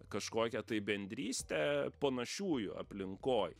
kažkokią tai bendrystę panašiųjų aplinkoj